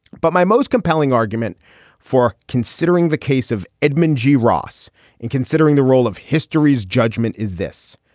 but my most compelling argument for considering the case of edmund g. ross and considering the role of history's judgment is this.